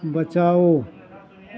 बचाउ